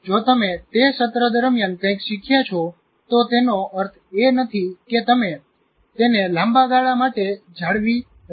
જો તમે તે સત્ર દરમિયાન કંઈક શીખ્યા છો તો તેનો અર્થ એ નથી કે તમે તેને લાંબા ગાળા માટે જાળવી રહ્યા છો